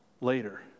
later